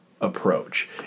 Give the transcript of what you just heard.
approach